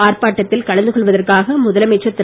ஆர்ப்பாட்டத்தில் கலந்து கொள்வதற்காக முதலமைச்சர் திரு